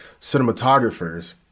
cinematographers